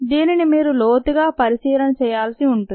దీనిని మీరు లోతుగా పరిశీలిన చేయాల్సి ఉంటుంది